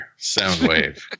Soundwave